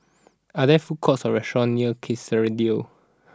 are there food courts or restaurants near Kerrisdale